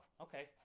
okay